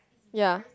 ya